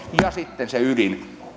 ja sitten se ydin